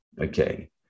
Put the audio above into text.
Okay